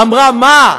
שאלה: מה,